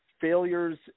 failures